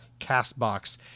Castbox